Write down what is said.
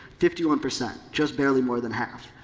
fifty one percent, just barely more than half.